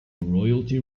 royalty